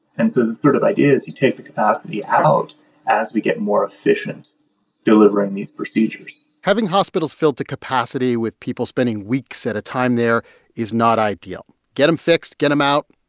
and so the sort of idea is you take capacity out as we get more efficient delivering these procedures having hospitals filled to capacity with people spending weeks at a time there is not ideal. get them fixed. get them out.